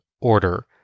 Order